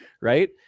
right